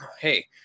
Hey